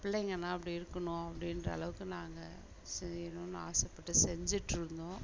பிள்ளைங்கனால் அப்படி இருக்கணும் அப்படின்ற அளவுக்கு நாங்கள் செய்யணும்னு ஆசைப்பட்டு செஞ்சிட்டிருந்தோம்